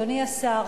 אדוני השר,